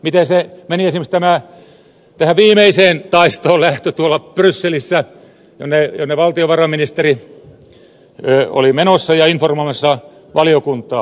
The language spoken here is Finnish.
miten meni esimerkiksi viimeiseen taistoon lähtö tuolla brysselissä jonne valtiovarainministeri oli menossa ja josta hän oli informoimassa valiokuntaa